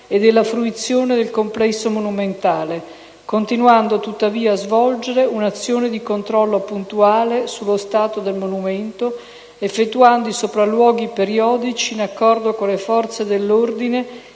e della fruizione del complesso monumentale, continuando tuttavia a svolgere un'azione di controllo puntuale sullo stato del monumento, effettuando i sopralluoghi periodici, in accordo con le forze dell'ordine